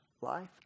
life